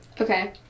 Okay